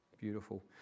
Beautiful